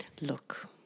look